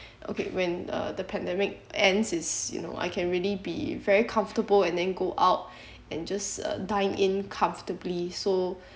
okay when uh the pandemic ends is you know I can really be very comfortable and then go out and just uh dine in comfortably so